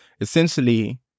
essentially